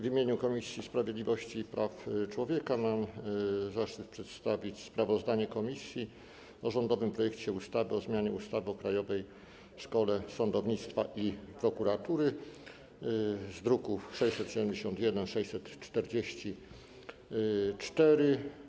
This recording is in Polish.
W imieniu Komisji Sprawiedliwości i Praw Człowieka mam zaszczyt przedstawić sprawozdanie komisji o rządowym projekcie ustawy o zmianie ustawy o Krajowej Szkole Sądownictwa i Prokuratury z druków nr 671 i 644.